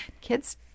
kids